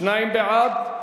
שניים בעד.